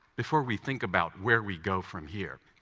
before we think about where we go from here.